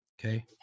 Okay